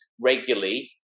regularly